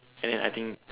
and then I think